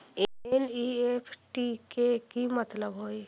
NEFT के कि मतलब होइ?